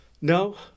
No